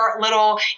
little